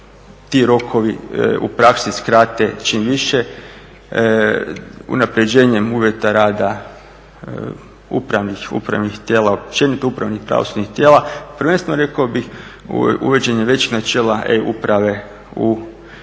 ti rokovi u praksi skrate čim više unapređenjem uvjeta rada upravnih tijela, općenito upravnih pravosudnih tijela prvenstveno rekao bih uvođenje većih načela E-uprave u rad i